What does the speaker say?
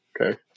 Okay